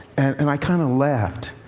and i kind of laughed.